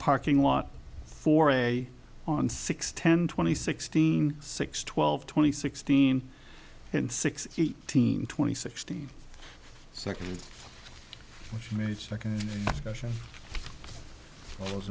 parking lot for a on six ten twenty sixteen six twelve twenty sixteen and sixty eight twenty sixty second which made second question